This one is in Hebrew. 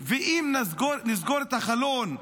ואם נסגור את החלון,